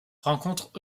rencontrent